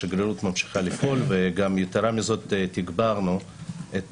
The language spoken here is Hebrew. השגרירות ממשיכה לפעול וגם יתרה מזאת תגברנו את